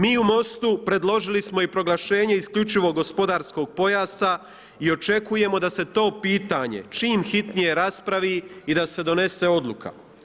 Mi u MOST-u predložili smo i proglašenje isključivog gospodarskog pojasa i očekujemo da se to pitanje čim hitnije raspravi i da se donese odluka.